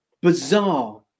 bizarre